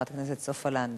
חברת הכנסת סופה לנדבר.